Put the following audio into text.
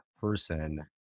person